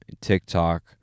TikTok